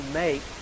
make